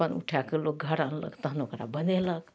अपन उठा कऽ लोक घर आनलक तहन ओकरा बनेलक